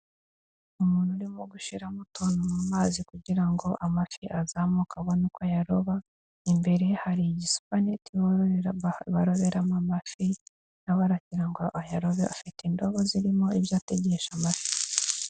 Umuntu urimo gushyiramo utuntu mu mazi kugira ngo amafi azamuke abone uko ayaroba, imbere hari igisupanineti baroberamo amafi, nawe aragira ngo ayarobe, afite indobo zirimo ibyo ategesha amafi.